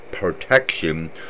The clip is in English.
protection